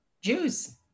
Jews